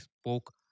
spoke